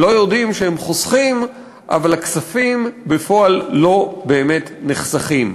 לא יודעים שהם חוסכים אבל הכספים בפועל לא באמת נחסכים.